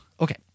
okay